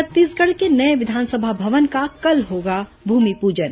छत्तीसगढ़ के नये विधानसभा भवन का कल होगा भूमिपूजन